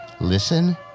listen